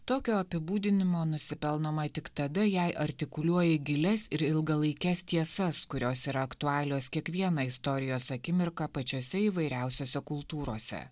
tokio apibūdinimo nusipelnoma tik tada jei artikuliuoja gilias ir ilgalaikes tiesas kurios yra aktualios kiekvieną istorijos akimirką pačiose įvairiausiose kultūrose